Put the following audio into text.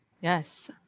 Yes